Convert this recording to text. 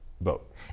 vote